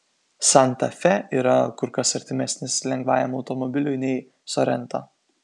santa fe yra kur kas artimesnis lengvajam automobiliui nei sorento